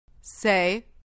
Say